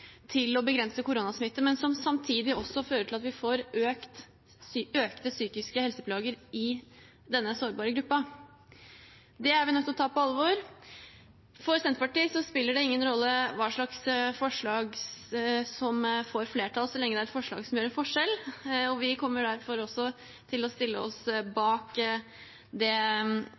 å begrense koronasmitten, og som samtidig fører til at vi får økte psykiske helseplager i denne sårbare gruppen. Det er vi nødt til å ta på alvor. For Senterpartiet spiller det ingen rolle hvilket forslag som får flertall, så lenge det er et forslag som gjør en forskjell, og vi kommer derfor til å stille oss bak det